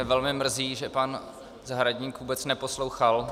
Velmi mě mrzí, že pan Zahradník vůbec neposlouchal.